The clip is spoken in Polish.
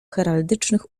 heraldycznych